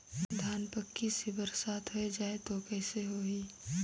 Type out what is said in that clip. धान पक्की से बरसात हो जाय तो कइसे हो ही?